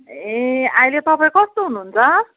ए अहिले तपाईँ कस्तो हुनुहुन्छ